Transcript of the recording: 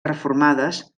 reformades